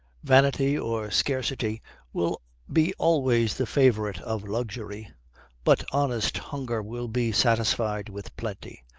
vanity or scarcity will be always the favorite of luxury but honest hunger will be satisfied with plenty.